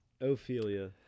Ophelia